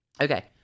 okay